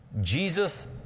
Jesus